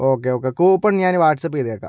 okay okay coupon ഞാൻ WhatsApp ചെയ്തേക്കാം